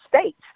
States